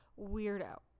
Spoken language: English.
weirdo